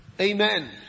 Amen